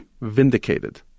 vindicated